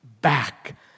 back